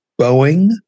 Boeing